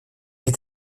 est